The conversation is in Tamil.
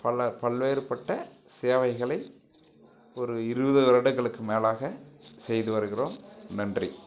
பல பல்வேறு பட்ட சேவைகளை ஒரு இருபது வருடங்களுக்கு மேலாக செய்து வருகிறோம் நன்றி